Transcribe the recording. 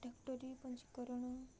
doctor ପଞ୍ଜିକରଣ